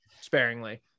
sparingly